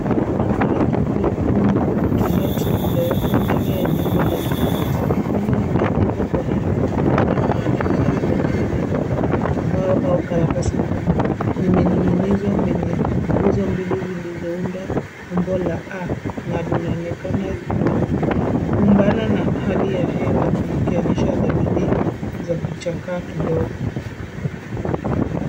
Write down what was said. Bango la (cs)two bedroom to let (cs)lililowekwa mbele ya jengo la ujenzi. Bango limeandikwa kwa herufi kubwa na linaonekana limetengenezwa kwa mbao au karatasi ngumu. Limening'inizwa kwenye nguzo mbili zilizounda umbo la A na linaonekana limekumbana na hali ya hewa, likionyesha dalili za kuchakaa kidogo.